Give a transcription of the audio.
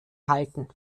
halten